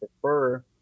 prefer